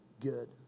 good